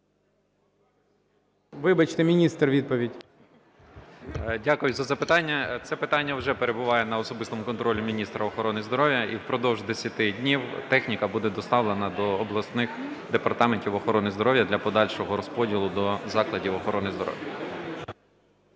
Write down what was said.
Вибачте, міністр відповідь. 10:57:48 ЛЯШКО В.К. Дякую за запитання. Це питання вже перебуває на особистому контролі міністра охорони здоров'я і впродовж 10 днів техніка буде доставлена до обласних департаментів охорони здоров'я для подальшого розподілу до закладів охорони здоров'я.